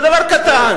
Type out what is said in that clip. זה דבר קטן.